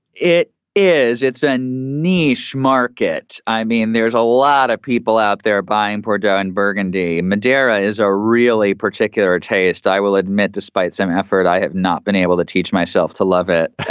it is it's a niche market. i mean, there's a lot of people out there buying bordeaux and burgundy. madeira is a really particular taste. i will admit, despite some effort, i have not been able to teach myself to love it.